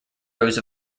rows